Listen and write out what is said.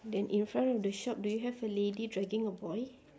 then in front of the shop do you have a lady dragging a boy